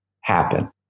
happen